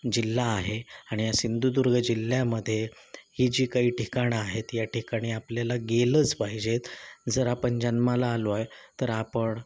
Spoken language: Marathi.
जिल्हा आहे आणि या सिंधुदुर्ग जिल्ह्यामध्ये ही जी काही ठिकाणं आहेत या ठिकाणी आपल्याला गेलंच पाहिजेत जर आपण जन्माला आलो आहे तर आपण